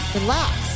Relax